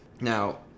Now